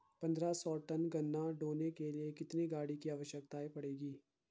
पन्द्रह सौ टन गन्ना ढोने के लिए कितनी गाड़ी की आवश्यकता पड़ती है?